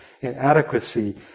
inadequacy